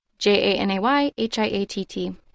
J-A-N-A-Y-H-I-A-T-T